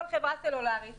כל חברה סלולרית